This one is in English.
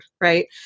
right